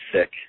sick